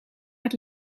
met